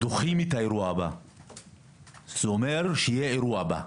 זה אומר שיהיה האירוע הבא,